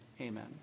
Amen